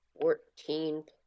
Fourteen